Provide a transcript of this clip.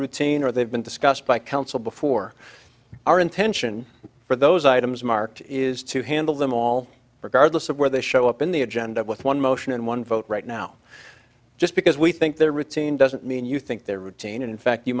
routine or they've been discussed by counsel before our intention for those items marked is to handle them all regardless of where they show up in the agenda with one motion and one vote right now just because we think they're routine doesn't mean you think they're routine in fact you